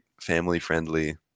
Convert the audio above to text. family-friendly